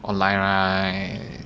online right